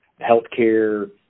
Healthcare